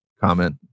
comment